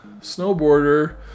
snowboarder